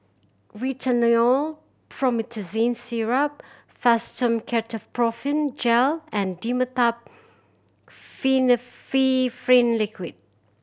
Rhinathiol Promethazine Syrup Fastum Ketoprofen Gel and Dimetapp Liquid